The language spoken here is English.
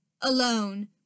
alone